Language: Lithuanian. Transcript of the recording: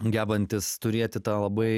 gebantis turėti tą labai